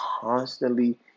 constantly